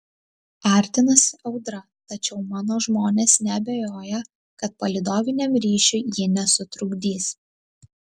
artinasi audra tačiau mano žmonės neabejoja kad palydoviniam ryšiui ji nesutrukdys